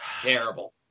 Terrible